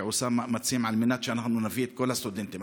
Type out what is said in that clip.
שעושה מאמצים על מנת שאנחנו נביא את כל הסטודנטים.